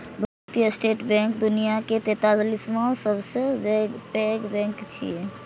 भारतीय state bank दुनियाक तैंतालिसवां सबसं पैघ बैंक छियै